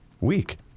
Weak